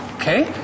Okay